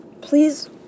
please